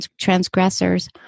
transgressors